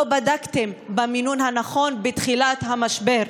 לא בדקתם במינון הנכון בתחילת המשבר,